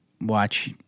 watch